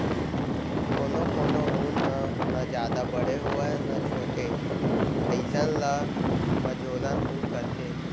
कोनो कोनो ऊन ह न जादा बड़े होवय न छोटे अइसन ल मझोलन ऊन कथें